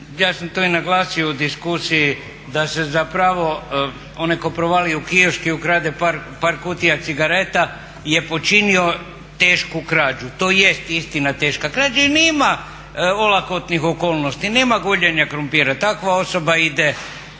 ja sam to i naglasio u diskusiji da se zapravo onaj tko provali u kiosk i ukrade par kutija cigareta je počinio tešku krađu. To jest istina teška krađa i nema olakotnih okolnosti, nema guljenja krumpira. Takva osoba ide